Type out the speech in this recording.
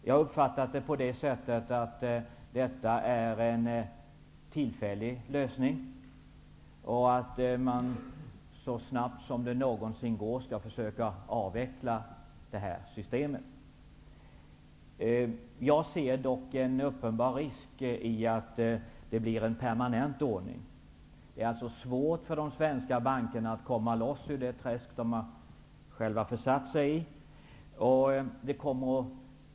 Jag har uppfattat det så att det här är en tillfällig lösning och att man så snart det någonsin går skall försöka avveckla systemet. Jag ser dock en uppenbar risk att det blir en permanent ordning. Det är svårt för de svenska bankerna att komma loss ur det träsk som de själva har försatt sig i.